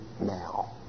now